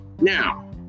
now